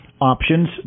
Options